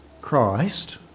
Christ